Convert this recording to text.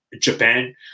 japan